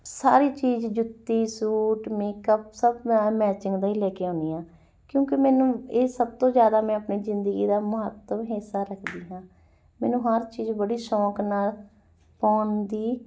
ਸਾਰੀ ਚੀਜ਼ ਜੁੱਤੀ suit makeup ਸਭ ਮੈਂ ਐਨ ਮੈਚਿੰਗ ਦਾ ਹੀ ਲੈ ਕੇ ਆਉਦੀ ਆ ਕਿਉਂਕਿ ਮੈਨੂੰ ਇਹ ਸਭ ਤੋਂ ਜ਼ਿਆਦਾ ਮੈਂ ਆਪਣੀ ਜ਼ਿੰਦਗੀ ਦਾ ਮਹੱਤਵ ਹਿੱਸਾ ਰੱਖਦੀ ਹਾਂ ਮੈਨੂੰ ਹਰ ਚੀਜ਼ ਬੜੀ ਸ਼ੌਂਕ ਨਾਲ ਪਾਉਣ ਦੀ